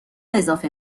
اضافه